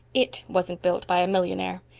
it wasn't built by a millionaire.